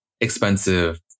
expensive